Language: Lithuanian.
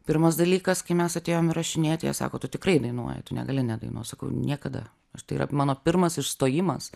pirmas dalykas kai mes atėjom įrašinėt jie sako tu tikrai dainuoji tu negali nedainuot sakau niekada tai yra mano pirmas išstojimas